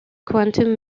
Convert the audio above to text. quantum